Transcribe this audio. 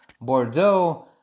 Bordeaux